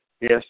yes